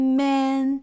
man